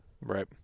Right